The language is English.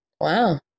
wow